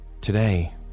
today